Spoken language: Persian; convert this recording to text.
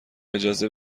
اجازه